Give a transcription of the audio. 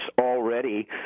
already